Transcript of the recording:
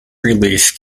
release